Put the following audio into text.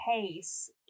case